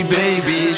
baby